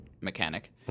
mechanic